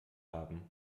haben